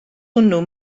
hwnnw